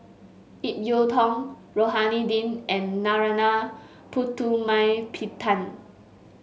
Ip Yiu Tung Rohani Din and Narana Putumaippittan